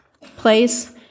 place